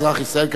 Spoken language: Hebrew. קראו לו סניורה.